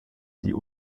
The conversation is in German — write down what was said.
die